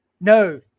no